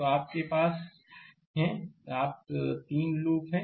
तो आपके पास हैं आप 3 लूप हैं